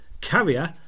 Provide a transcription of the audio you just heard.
Carrier